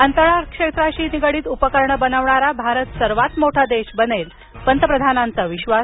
अंतराळ क्षेत्राशी निगडीत उपकरणं बनविणारा भारत सर्वात मोठा देश बनेल पंतप्रधानांचा विश्वास